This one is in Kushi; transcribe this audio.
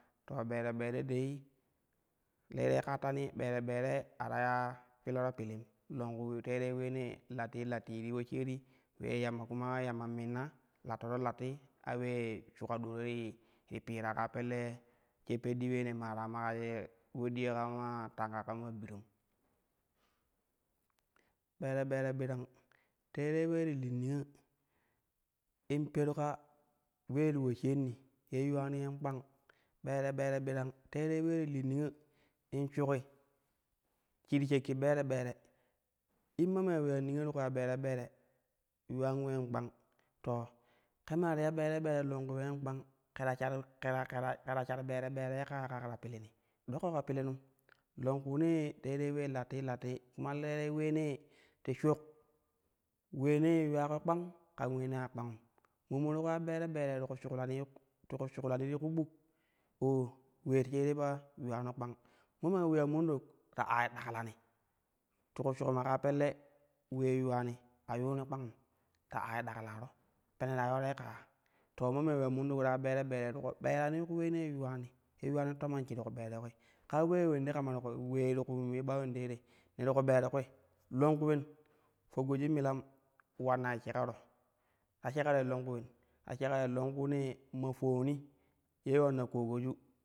To bere bere die teere kattani ɓere ɓere a ta piloro pilim lonku teerei uleenee lattii lattii ti poshaari ulee yamma kuma yamma pinna lattoro latti a ule shuka do ulei ti piira kaapelle sha peɗɗi uleerne maarama kaaye podiya kama ina tanka kama birom ɓere bere birang teerei ule ti li niyo in peru ka ulee ti poshaarini ye yuwani yen kpang, ɓere ɓere birang teerei ulee ti li niyo in shuki shi ti shikko ɓere ɓere in maman uleya niya ti ku ya ɓere ɓere yuulan uleen kpang to ke ma ti ya ɓere ɓere longku ulee kpang ke ta sharim ke-kere kera-kera shar ɓere ɓere ka ya ka ke ta pidini do ƙoƙo pilinum longkuune teere ulee latti latti kuma le uleenee ti shuk uleenee yuularo kpang kam uleenee a kpangum ma moo ti ku ya ɓere ɓere ti ku shuklani ti ku shuklani ti ku buk oo ulee shie te pa yuulano kpang ma maa uleya mandok ta aci daklani ti ku shuklani kaa pelle ulee yuwani a yuuni kpangum ta aai daklaro pene to yoor ka ya to ma maa uleya mondok ya ya ɓere ɓere ti ku ɓeranii ku uleenee yuwani ye yuwani tomon shi ti ku ɓero kui kaa ulee ulende kamati ku ulee ti ku ye ɓa ulendei te ne ti ku ɓero kuli longku ulen fo goji inilam ulannai shekero, ta shekaroi longku ulen ta shekeroi longkuunee ma fowoni ye ulanna koogoju.